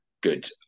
good